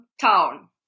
town